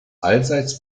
allseits